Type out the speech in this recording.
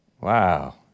wow